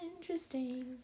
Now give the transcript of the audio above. interesting